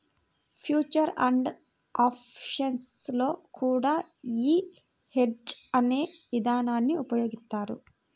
future and options లో కూడా యీ హెడ్జ్ అనే ఇదానాన్ని ఉపయోగిత్తారు